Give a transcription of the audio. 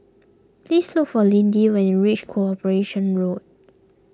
please look for Lindy when you reach Corporation Road